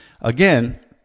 Again